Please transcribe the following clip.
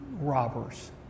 robbers